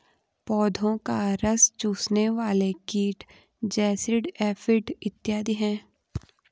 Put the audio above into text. पौधों का रस चूसने वाले कीट जैसिड, एफिड इत्यादि हैं